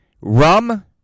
rum